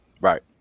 right